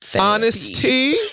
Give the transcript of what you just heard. honesty